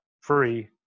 free